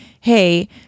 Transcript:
hey